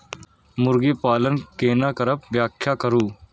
मुर्गी पालन केना करब व्याख्या करु?